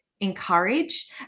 encourage